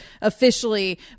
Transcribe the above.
officially